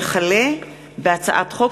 וכלה בהצעת חוק